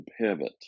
pivot